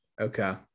Okay